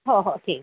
हो हो ठीक